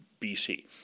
BC